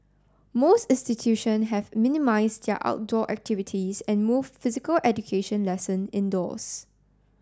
most institution have minimised their outdoor activities and moved physical education lesson indoors